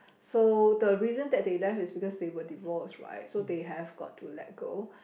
so the reason that they left is because they were divorced right so they have got to let go